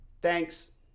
Thanks